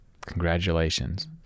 congratulations